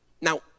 Now